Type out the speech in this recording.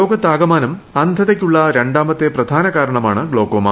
ലോകത്താക മാനമുള്ള അന്ധതയ്ക്കുള്ള രണ്ടാമത്തെ പ്രധാന കാരണ മാണ് ഗ്ലോക്കോമ